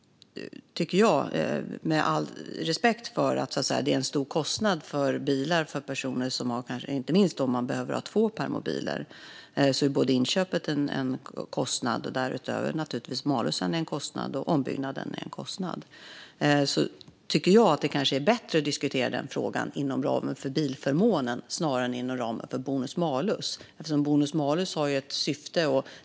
Bilar är en stor kostnad för personer som behöver permobil, inte minst om man behöver två permobiler. Inköpet är en kostnad, malus är en kostnad därutöver och ombyggnaden är en kostnad. Men med all respekt för detta tycker jag att det kanske är bättre att diskutera den frågan inom ramen för bilförmånen snarare än inom ramen för bonus-malus. Bonus-malus har ju ett syfte.